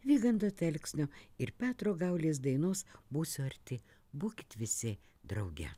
vygando telksnio ir petro gaulės dainos būsiu arti būkit visi drauge